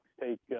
take –